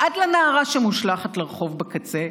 ועד לנערה שמושלכת לרחוב בקצה,